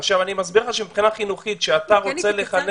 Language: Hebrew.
אני מסביר לך שמבחינה חינוכית, כשאתה רוצה לחנך